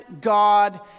God